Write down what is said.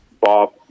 Bob